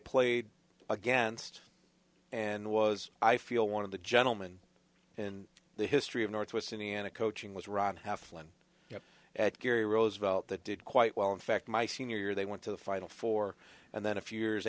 played against and was i feel one of the gentleman in the history of northwest indiana coaching was ron halfling at gary roosevelt that did quite well in fact my senior year they went to the final four and then a few years